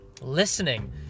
Listening